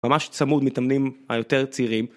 ממש צמוד מתאמנים היותר צעירים.